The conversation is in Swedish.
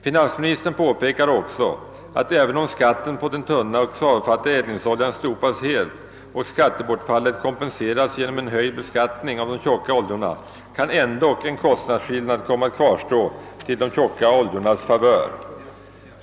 Finansministern påpekar också, att även om skatten på den tunna och svavelfattiga eldningsoljan slopas helt och skattebortfallet kompenseras genom en höjd beskattning av de tjocka oljorna kan ändock en kostnadsskillnad komma att kvarstå till den tjocka oljans favör.